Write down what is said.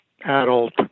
adult